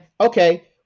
okay